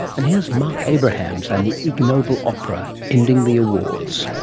and here's marc abrahams and the ig noble opera, ending the awards